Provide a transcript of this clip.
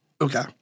Okay